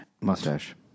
mustache